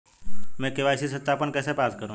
मैं के.वाई.सी सत्यापन कैसे पास करूँ?